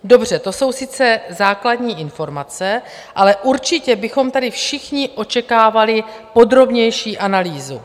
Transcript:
Dobře, to jsou sice základní informace, ale určitě bychom tady všichni očekávali podrobnější analýzu.